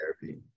therapy